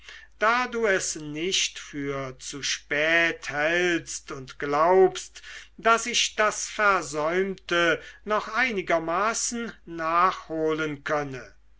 da du es nicht für zu spät hältst und glaubst daß ich das versäumte noch einigermaßen nachholen könne